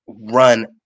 run